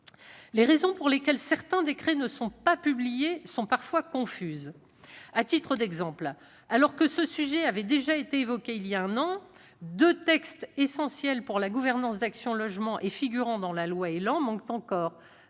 Les raisons pour lesquelles certains décrets ne sont pas publiés sont parfois confuses. À titre d'exemple, alors que ce sujet avait déjà été évoqué il y a un an, deux textes essentiels pour la gouvernance d'Action Logement et figurant dans la loi portant